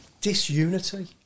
disunity